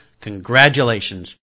congratulations